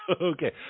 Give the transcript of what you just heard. Okay